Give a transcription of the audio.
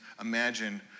imagine